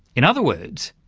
in other words,